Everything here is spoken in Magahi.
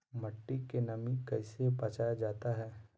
मट्टी के नमी से कैसे बचाया जाता हैं?